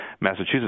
Massachusetts